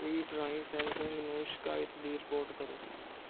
tweet ਰਾਹੀਂ Samsung ਨੂੰ ਸ਼ਿਕਾਇਤ ਦੀ ਰਿਪੋਰਟ ਕਰੋ